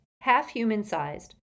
half-human-sized